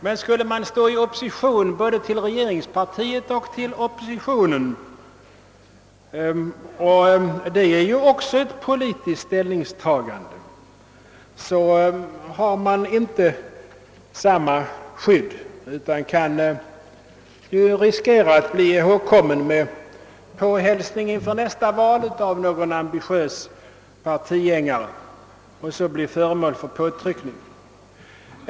Men skulle man stå i opposition både till regeringspartiet och till oppositionen — det är ju också ett politiskt ställningstagande — har man inte samma skydd, utan kan riskera att bli ihågkommen med en påhälsning inför nästa val av någon ambitiös partigängare och bli föremål för påtryckning.